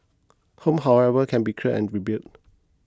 homes however can be cleared and rebuilt